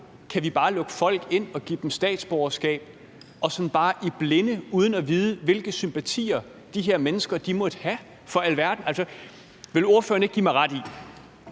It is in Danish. Kan vi bare lukke folk ind og give dem statsborgerskab sådan bare i blinde uden at vide, hvilke sympatier de her mennesker måtte have? Vil ordføreren ikke give mig ret i,